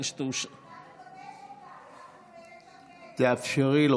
אתה מקדש אותה יחד עם אילת שקד, יחד, תאפשרי לו.